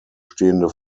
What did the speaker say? stehende